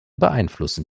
beeinflussen